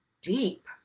deep